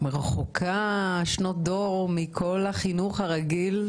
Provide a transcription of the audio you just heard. רחוקה שנות אור מכל החינוך הרגיל.